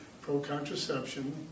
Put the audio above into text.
pro-contraception